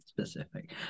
specific